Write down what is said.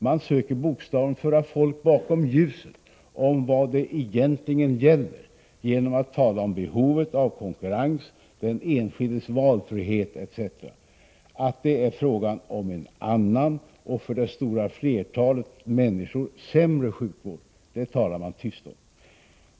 Man söker bokstavligen föra folk bakom ljuset om vad det egentligen gäller genom att tala om behovet av konkurrens, den enskildes valfrihet etc. Att det är frågan om en annan och för det stora flertalet människor sämre sjukvård talar man tyst om.